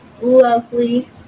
Lovely